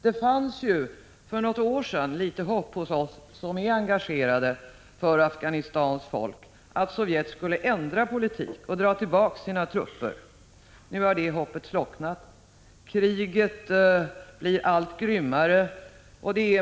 För något år sedan fanns det ett litet hopp hos oss som är engagerade för Afghanistans folk att Sovjetunionen skulle ändra sin politik och dra tillbaka sina trupper. Nu har det hoppet slocknat. Kriget blir allt grymmare.